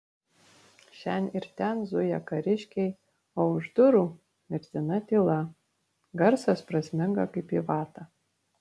šen ir ten zuja kariškiai o už durų mirtina tyla garsas prasmenga kaip į vatą